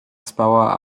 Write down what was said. spała